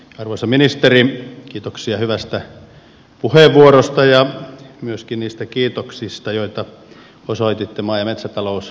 arvoisa ministeri kiitoksia hyvästä puheenvuorosta ja myöskin niistä kiitoksista joita osoititte maa ja metsätalousvaliokunnalle